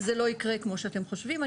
זה לא יקרה כמו שאתם חושבים.